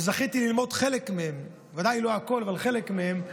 וזכיתי ללמוד חלק מהם, ודאי לא הכול, אבל חלק מהם,